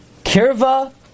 Kirva